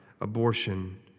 abortion